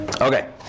Okay